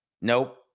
Nope